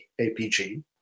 APG